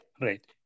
right